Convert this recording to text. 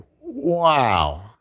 wow